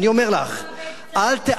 אני אומר לך, אני לא מאבדת צלם.